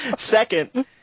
Second